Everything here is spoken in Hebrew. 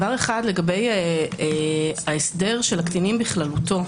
לגבי ההסדר של הקטינים בכללותו.